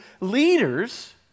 leaders